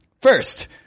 first